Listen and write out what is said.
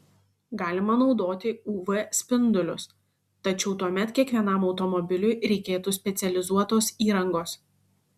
galima naudoti uv spindulius tačiau tuomet kiekvienam automobiliui reikėtų specializuotos įrangos